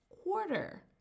quarter